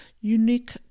unique